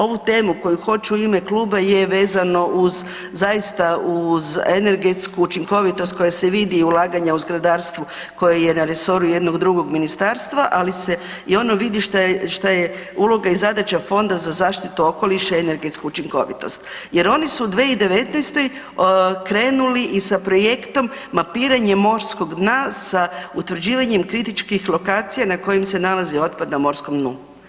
Ovu temu koju hoću u ime kluba je vezano uz zaista uz energetsku učinkovitost koja se vidi i ulaganja u zgradarstvu koje je na resoru jednog drugog ministarstva, ali se i ono vidi što je uloga i zadaća Fonda za zaštitu okoliša i energetsku učinkovitost jer oni su 2019.krenuli i sa projektom Mapiranje morskog dna sa utvrđivanjem kritičkih lokacija na kojim se nalazi otpad na morskom dnu.